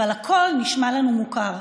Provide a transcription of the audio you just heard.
אבל הקול נשמע לנו מוכר,